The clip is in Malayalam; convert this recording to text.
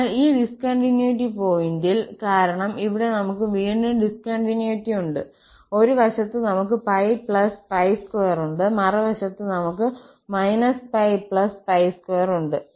അതിനാൽ ഈ ഡിസ്കണ്ടിന്യൂറ്റി പോയിന്റിൽ കാരണം ഇവിടെ നമുക്ക് വീണ്ടും ഡിസ്കണ്ടിന്യൂറ്റി ഉണ്ട് ഒരു വശത്ത് നമുക്ക് π2 ഉണ്ട് മറുവശത്ത് നമുക്ക് π2 ഉണ്ട്